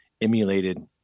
emulated